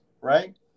right